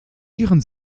ihren